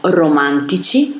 romantici